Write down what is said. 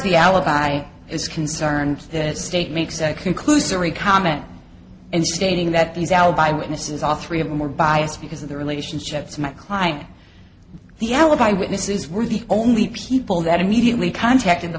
the alibi is concerned that state makes a conclusory comment and stating that these alibi witnesses all three of them were biased because of the relationship to my client the alibi witnesses were the only people that immediately contacted the